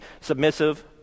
submissive